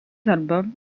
albums